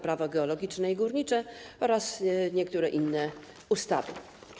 Prawo geologiczne i górnicze oraz niektórych innych ustaw.